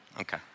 Okay